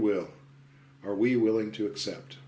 will are we willing to accept